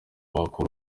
wakora